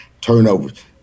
turnovers